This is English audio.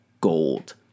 gold